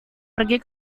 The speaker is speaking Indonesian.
pergi